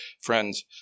friends